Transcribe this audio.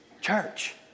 Church